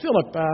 Philip